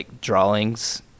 drawings